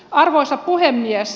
arvoisa puhemies